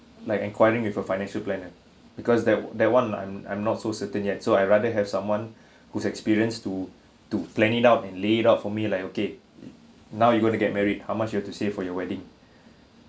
like enquiring with a financial planner because that that one I'm I'm not so certain yet so I rather have someone who's experienced to to plan it out and lay it out for me like okay now you going to get married how much you have to save for your wedding